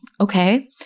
okay